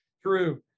True